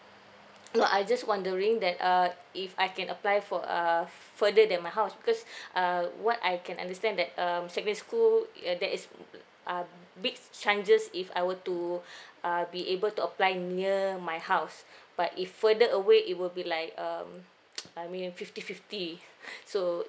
no I just wondering that uh if I can apply for err further than my house because uh what I can understand that um secondary school uh that is um um uh big chances if I were to uh be able to apply near my house but if further away it will be like um I mean fifty fifty so